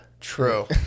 true